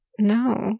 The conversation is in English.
No